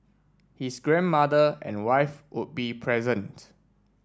his grandmother and wife would be present